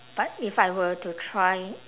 but if I were to try